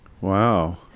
Wow